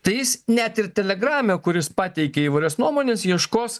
tai jis net ir telegrame kuris pateikia įvairias nuomones ieškos